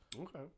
Okay